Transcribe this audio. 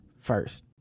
first